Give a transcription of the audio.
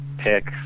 pick